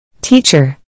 Teacher